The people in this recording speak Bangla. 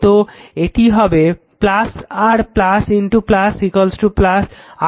তো এটা হবে r r